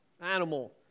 animal